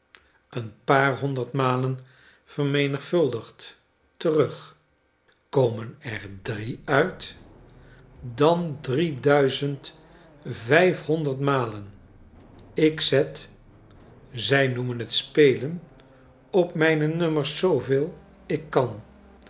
een paar honderd malen vermenigvuldigd terug komen er drie uit dan drie duizend vijfhonderd malen ik zet zy noemen het spelen op mijne nummers zooveel ik kan